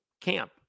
camp